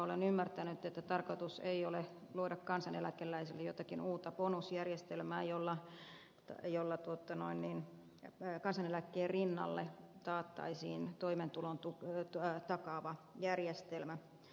olen ymmärtänyt että tarkoitus ei ole luoda kansaeläkeläisille jotakin uutta bonusjärjestelmää jolla kansaneläkkeen rinnalle taattaisiin toimeentulon takaava järjestelmä